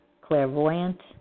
clairvoyant